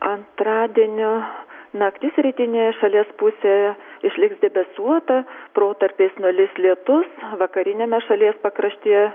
antradienio naktis rytinėje šalies pusėje išliks debesuota protarpiais nulis lietus vakariniame šalies pakraštyje